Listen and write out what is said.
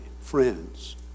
friends